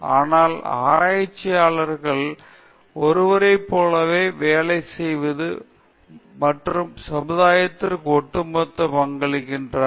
ஆனாலும் ஆராய்ச்சியாளர் ஒருவரைப் போலவே வேலை செய்துவருபவர் மற்றும் சமுதாயத்திற்கு ஒட்டுமொத்தமாக பங்களிக்கிறார்